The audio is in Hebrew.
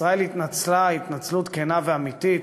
ישראל התנצלה התנצלות כנה ואמיתית.